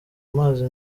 amazi